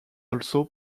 also